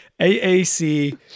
AAC